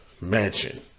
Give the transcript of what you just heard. mansion